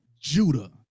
judah